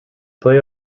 play